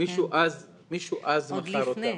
מישהו אז מכר אותם.